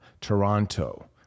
Toronto